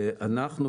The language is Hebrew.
אנחנו,